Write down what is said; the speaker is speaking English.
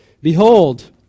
behold